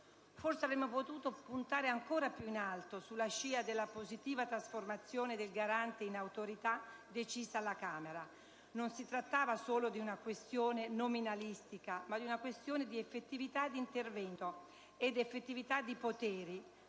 Forse avremmo potuto puntare ancora più in alto, sulla scia della positiva trasformazione del Garante in Autorità, decisa alla Camera. Non si trattava solo di una questione nominalistica, ma di una questione di effettività di intervento ed effettività di poteri,